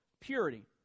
purity